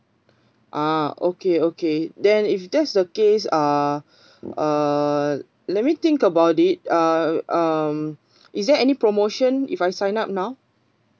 ah okay okay then if that's the case ah uh let me think about it I'll um is there any promotion if I sign up now